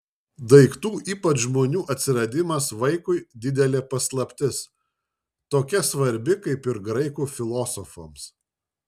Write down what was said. daiktų ypač žmonių atsiradimas vaikui didelė paslaptis tokia svarbi kaip ir graikų filosofams